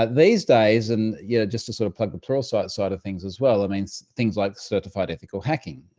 ah these days, and yeah just to sort of plug the pluralsight side of things as well, i mean, so things like certified ethical hacking.